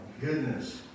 goodness